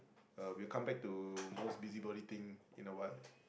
uh we'll come back to most busybody thing in awhile